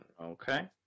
Okay